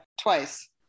Twice